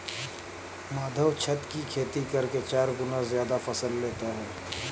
माधव छत की खेती करके चार गुना ज्यादा फसल लेता है